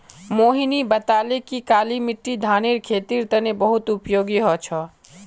मोहिनी बताले कि काली मिट्टी धानेर खेतीर तने बहुत उपयोगी ह छ